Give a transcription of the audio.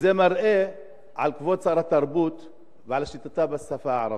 וזה מראה על כבוד שרת התרבות ועל שליטתה בשפה הערבית.